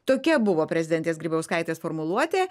tokia buvo prezidentės grybauskaitės formuluotė